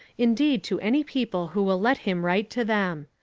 indeed to any people who will let him write to them.